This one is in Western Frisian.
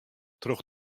troch